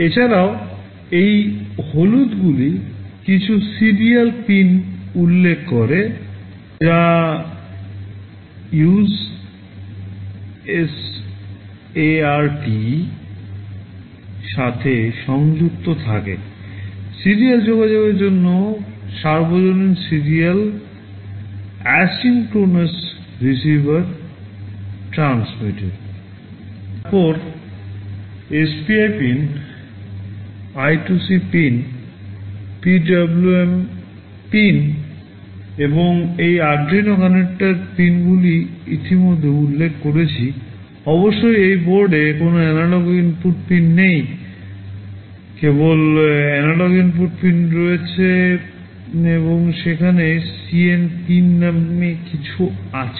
এছাড়াও এই হলুদগুলি কিছু সিরিয়াল পিন উল্লেখ করে যা থাকে USART -universal serial asynchronous receiver transmitter pin নেই কেবল এনালগ ইনপুট পিন রয়েছে এবং সেখানে CAN পিন নামে কিছু আছে